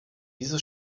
wieso